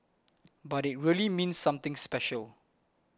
but it really means something special